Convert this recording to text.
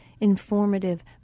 informative